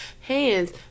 hands